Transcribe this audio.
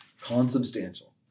Consubstantial